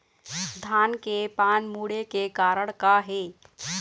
धान के पान मुड़े के कारण का हे?